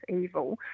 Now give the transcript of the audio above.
evil